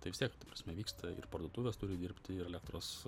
tai vis tiek ta prasme vyksta ir parduotuvės turi dirbti ir elektros